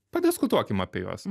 padiskutuokim apie juos